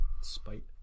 Spite